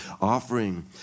offering